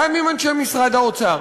גם עם אנשי משרד האוצר.